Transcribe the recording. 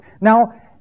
Now